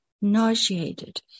nauseated